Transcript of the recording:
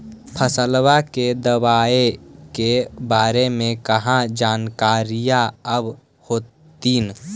फसलबा के दबायें के बारे मे कहा जानकारीया आब होतीन?